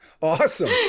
Awesome